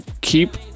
keep